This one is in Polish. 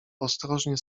ostrożnie